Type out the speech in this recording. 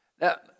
Now